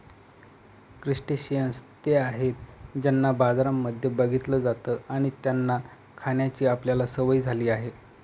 crustaceans ते आहेत ज्यांना बाजारांमध्ये बघितलं जात आणि त्यांना खाण्याची आपल्याला सवय झाली आहे